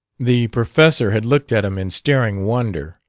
the professor had looked at him in staring wonder.